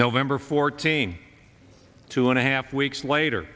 november fourteenth two and a half weeks later